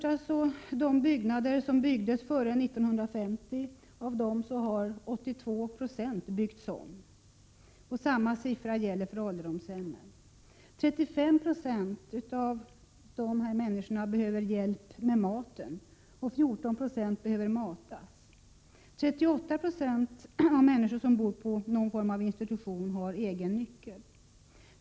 Av de byggnader som uppfördes före 1950 har 82 976 byggts om, och samma tal gäller för ålderdomshemmen. 35 90 av de människor som bor på någon form av institution behöver hjälp med maten, och 14 96 behöver matas. 38 26 har egen nyckel.